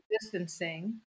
distancing